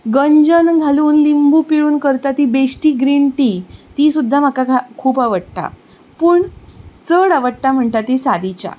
गंजन घालून लिंबू पिळून करता ती बेस्टी ग्रीन टी ती सुद्दां म्हाका खूब आवडटा पूण चड आवडटा म्हणटा ती सादी च्या